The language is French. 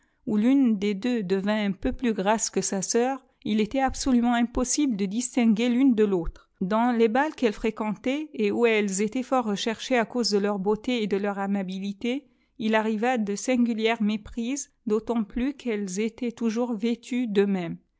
où tune des deux devint un peu plus grasse que sa soeur il était absolument impossible de distinguer l'une de tautre dans les bals qu'elles fréquentaient et où elles étaient fort recherckées à cause de leur beauté et de leur amabilité il arriva de singulières méprises d autant plus quelles étaient toujours vêtues de